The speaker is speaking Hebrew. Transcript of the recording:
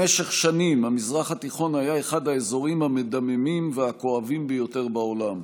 במשך שנים המזרח התיכון היה אחד האזורים המדממים והכואבים ביותר בעולם,